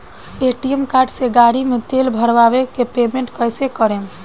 ATM card से गाड़ी मे तेल भरवा के पेमेंट कैसे करेम?